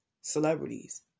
celebrities